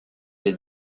les